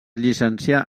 llicencià